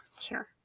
Sure